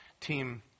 team